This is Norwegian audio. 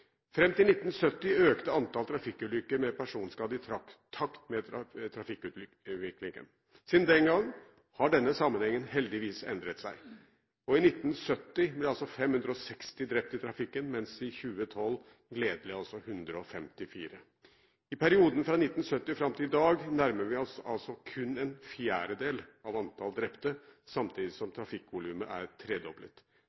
til 1970 økte antallet trafikkulykker med personskade i takt med trafikkutviklingen. Siden den gang har denne sammenhengen heldigvis endret seg. I 1970 ble 560 drept i trafikken, mens det i 2012 var 154. I perioden fra 1970 og fram til i dag nærmer vi oss kun en fjerdedel av antall drepte, samtidig som